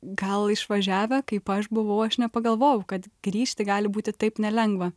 gal išvažiavę kaip aš buvau aš nepagalvojau kad grįžti gali būti taip nelengva